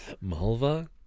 Malva